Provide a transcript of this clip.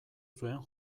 zuen